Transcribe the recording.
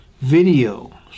Video